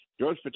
George